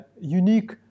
unique